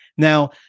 Now